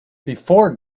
before